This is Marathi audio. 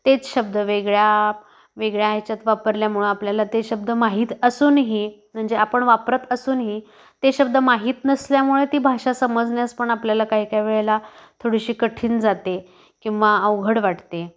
तेच शब्द वेगळ्या वेगळ्या ह्याच्यात वापरल्यामुळं आपल्याला ते शब्द माहीत असूनही म्हणजे आपण वापरत असूनही ते शब्द माहीत नसल्यामुळे ती भाषा समजण्यास पण आपल्याला काही काही वेळेला थोडीशी कठीण जाते किंवा अवघड वाटते